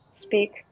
speak